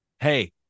hey